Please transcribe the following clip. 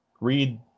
read